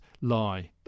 lie